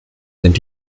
sind